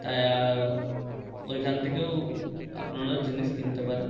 তাই ওইখান থেকেও আপনারা জিনিস কিনতে পারেন